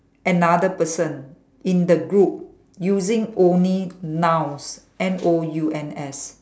another person in the group using only nouns N O U N S